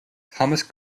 thomas